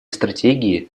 стратегии